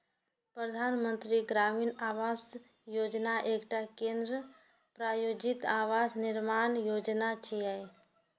प्रधानमंत्री ग्रामीण आवास योजना एकटा केंद्र प्रायोजित आवास निर्माण योजना छियै